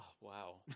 wow